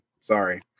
sorry